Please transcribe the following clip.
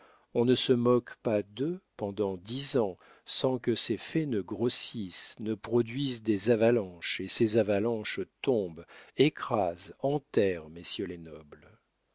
on ne se moque pas d'eux pendant dix ans sans que ces faits ne grossissent ne produisent des avalanches et ces avalanches tombent écrasent enterrent messieurs les nobles